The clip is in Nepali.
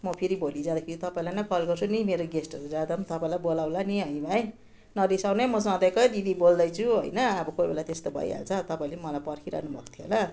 म फेरि भोलि जाँदाखेरि तपाईँलाई नै कल गर्छु नि मेरो गेस्टहरू जाँदा तपाईँलाई बोलाउँला नि है भाइ नरिसाउनु है मसँग त एकै दिदी बोल्दैछु होइन अब कोही बेला त्यस्तो भइहाल्छ तपाईँले मलाई पर्खिरहनु भएको थियो होला